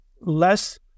less